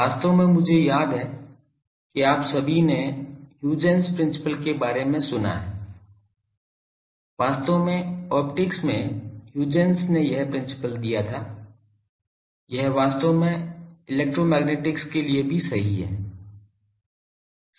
वास्तव में मुझे याद है कि आप सभी ने ह्यूजेंस प्रिंसिपल के बारे में सुना है वास्तव में ऑप्टिक्स में ह्यूजेंस ने यह प्रिंसिपल दिया था यह वास्तव में इलेक्ट्रोमैग्नेटिक्स के लिए भी सही है